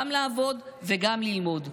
גם לעבוד וגם ללמוד,